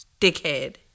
Dickhead